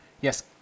Yes